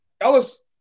Ellis